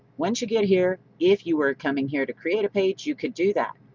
once you get here, if you were coming here to create a page, you could do that.